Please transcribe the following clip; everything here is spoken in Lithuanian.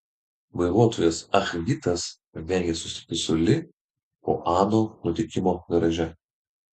vairuotojas ah gitas vengė susitikti su li po ano nutikimo garaže